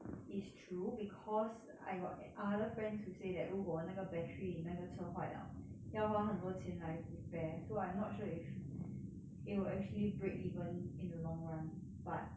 it's true because I got other friends who say that 如果那个 battery in 那个车坏了要花很多钱来 repair so I'm not sure if it will actually break even in the long run but